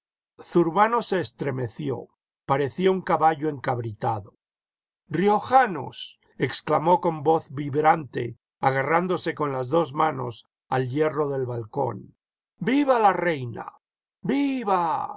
zurbano se estremeció parecía un caballo encabritado jriojanos exclamó con voz vibrante agarrándose con las dos manos al hierro del balcón jviva la reina viva